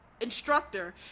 instructor